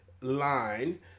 line